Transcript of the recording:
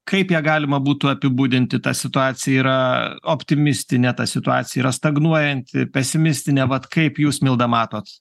kaip ją galima būtų apibūdinti ta situacija yra optimistinė ta situacija yra stagnuojanti pesimistinė vat kaip jūs milda matot